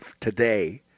today